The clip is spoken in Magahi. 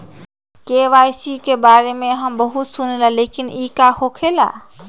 के.वाई.सी के बारे में हम बहुत सुनीले लेकिन इ का होखेला?